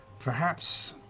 perhaps